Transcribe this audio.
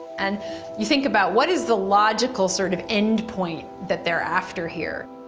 and you think about what is the logical sort of endpoint that they're after here?